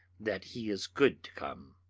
that he is good to come,